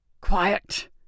Quiet